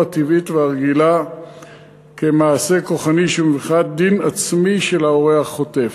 הטבעית והרגילה כמעשה כוחני של לקיחת דין עצמי של ההורה החוטף.